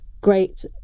great